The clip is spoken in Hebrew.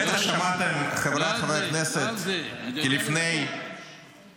בטח שמעתם, חבריי חברי הכנסת, כי לפני --- 46%?